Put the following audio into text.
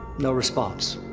no response.